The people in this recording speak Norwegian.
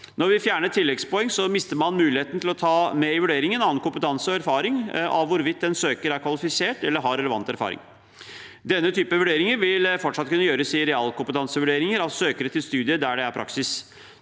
Når vi fjerner tilleggspoeng, mister man muligheten til å ta med annen kompetanse i vurderingen av hvorvidt en søker er kvalifisert eller har relevant erfaring. Denne typen vurderinger vil fortsatt kunne gjøres i realkompetansevurderinger av søkere til studier der det er praksis.